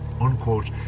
unquote